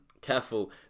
careful